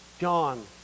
John